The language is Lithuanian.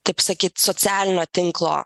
taip sakyt socialinio tinklo